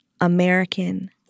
American